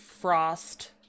frost